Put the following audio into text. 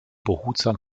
behutsam